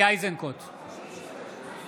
אינו